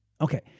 Okay